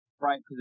right